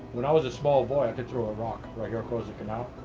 when i was a small boy, i could throw a rock right here across the canal.